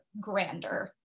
grander